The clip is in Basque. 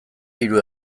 hiru